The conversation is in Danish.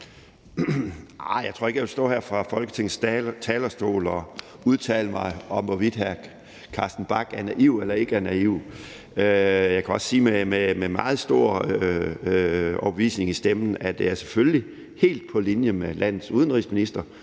Jeg tror ikke, jeg vil stå her på Folketingets talerstol og udtale mig om, hvorvidt hr. Carsten Bach er naiv eller ikke er naiv. Jeg kan med meget stor overbevisning i stemmen sige, at jeg selvfølgelig er helt på linje med landets udenrigsminister